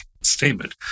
statement